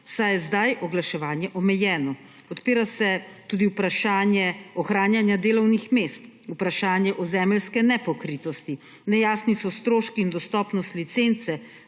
saj je zdaj oglaševanje omejeno. Odpira se tudi vprašanje ohranjanja delovnih mest, vprašanje ozemeljske nepokritosti, nejasni so stroški in dostopnost licence